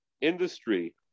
industry